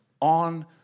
on